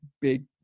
big